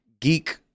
geek